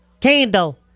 Candle